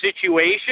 situation